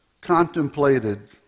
contemplated